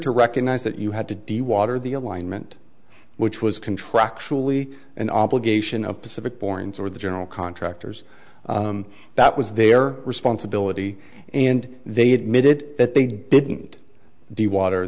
recognize that you had to do water the alignment which was contractually an obligation of pacific bourne's or the general contractors that was their responsibility and they admitted that they didn't do water